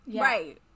Right